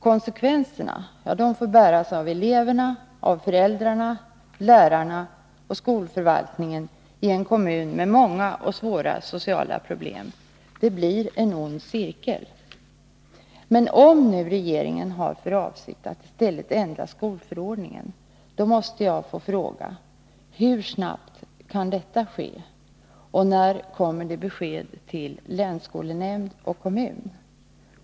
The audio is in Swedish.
Konsekvenserna får bäras av eleverna, föräldrarna, lärarna och skolförvaltningen i en kommun med många och svåra sociala problem. Det blir en ond cirkel. Om regeringen har för avsikt att i stället ändra skolförordningen, måste jag få fråga: Hur snabbt kan detta ske? När kommer det besked till länsskolnämnd och kommun?